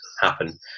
happen